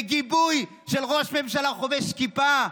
בגיבוי של ראש ממשלה חובש כיפה,